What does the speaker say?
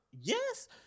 Yes